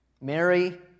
Mary